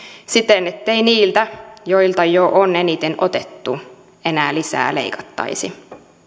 siten ettei niiltä joilta jo on eniten otettu enää lisää leikattaisi